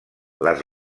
les